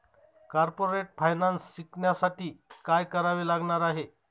Corporate finance शिकण्यासाठी काय करावे लागणार आहे?